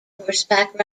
horseback